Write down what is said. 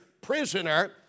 prisoner